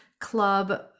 club